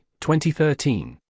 2013